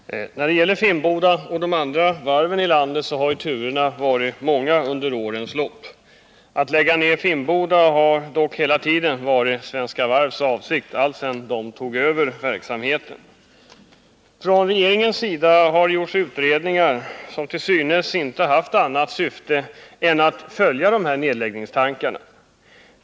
Herr talman! När det gäller Finnboda och de andra varven i landet har turerna varit många under årens lopp. Att lägga ner Finnboda har dock varit Svenska Varvs avsikt alltsedan de tog över verksamheten. Från regeringens sida har det gjorts utredningar som till synes inte har haft annat syfte än att följa nedläggningstankarna.